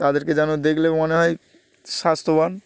তাদেরকে যেন দেখলেও মনে হয় স্বাস্থ্যবান